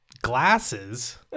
glasses